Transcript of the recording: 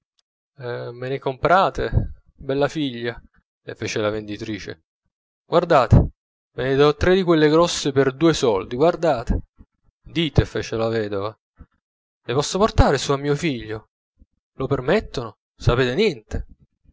cesta me ne comprate bella figlia le fece la venditrice guardate ve ne do tre di quelle grosse per due soldi guardate dite fece la vedova le posso portare su a mio figlio lo permettono sapete niente